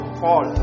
fall